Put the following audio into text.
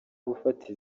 gufata